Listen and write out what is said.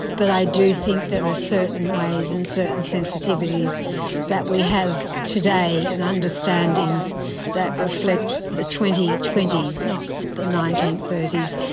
but i do think there are certain ways and certain sensitivities that we have today and understandings that reflect the twenty twenty s, not the nineteen thirty s,